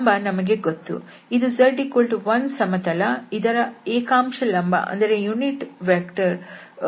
ಇದು z1 ಸಮತಲ ಇದರ ಏಕಾಂಶ ಲಂಬ ವು ಈ ಏಕಾಂಶ ಲಂಬವಾದ k ಆಗಿದೆ